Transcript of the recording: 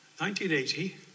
1980